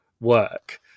work